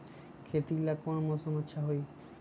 खेती ला कौन मौसम अच्छा होई?